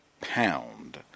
pound